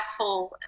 impactful